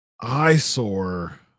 eyesore